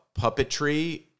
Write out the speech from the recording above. puppetry